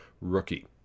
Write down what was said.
rookie